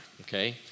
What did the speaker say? Okay